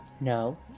no